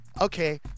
okay